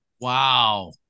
wow